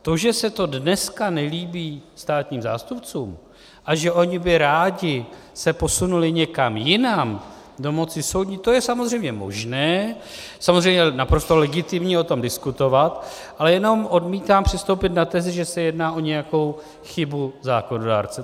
To, že se to dneska nelíbí státním zástupcům a že oni by rádi se posunuli někam jinam, do moci soudní, to je samozřejmě možné, samozřejmě je naprosto legitimní o tom diskutovat, ale jenom odmítám přistoupit na tezi, že se jedná o nějakou chybu zákonodárce.